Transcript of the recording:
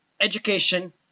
education